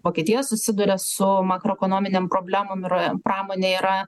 vokietija susiduria su makroekonominėm problemom ir pramonė yra